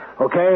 Okay